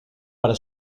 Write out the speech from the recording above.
para